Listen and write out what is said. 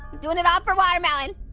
doing it all for watermelon,